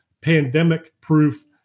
pandemic-proof